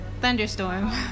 Thunderstorm